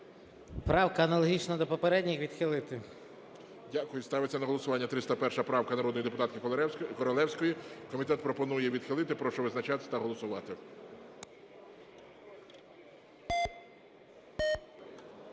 Правка аналогічна до попередніх. Відхилити. ГОЛОВУЮЧИЙ. Дякую. Ставиться на голосування 301 правка народної депутатки Королевської. Комітет пропонує її відхилити. Прошу визначатись та голосувати.